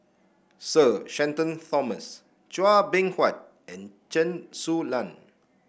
Sir Shenton Thomas Chua Beng Huat and Chen Su Lan